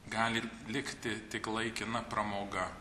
gali likti tik laikina pramoga